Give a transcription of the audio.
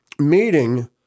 meeting